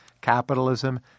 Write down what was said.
capitalism